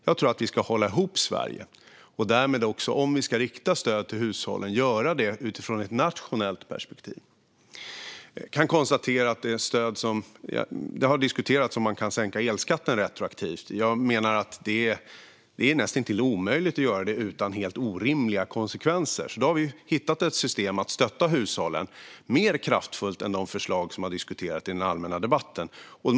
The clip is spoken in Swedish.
Jag tror att vi ska hålla ihop Sverige, och om vi ska rikta stöd till hushållen ska vi göra det utifrån ett nationellt perspektiv. Det har diskuterats om man kan sänka elskatten retroaktivt, och jag menar att det är nästintill omöjligt att göra det utan helt orimliga konsekvenser. Nu har vi hittat ett system att stötta hushållen mer kraftfullt än genom de förslag som har diskuterats i den allmänna debatten.